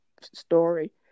story